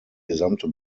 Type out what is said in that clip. gesamte